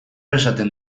esaten